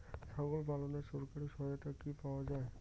ছাগল পালনে সরকারি সহায়তা কি পাওয়া যায়?